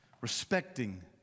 respecting